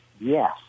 yes